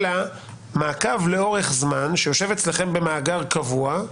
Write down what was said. אלא מעקב לאורך זמן, שיושב אצלכם במאגר קבוע,